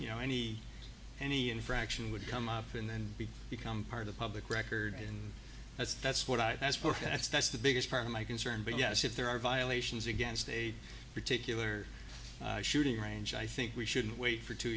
you know any any infraction would come up and then become part of public record and that's that's what i that's perfect that's that's the biggest part of my concern but yes if there are violations against a particular shooting range i think we should wait for two